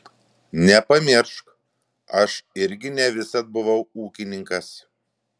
nepamiršk aš irgi ne visad buvau ūkininkas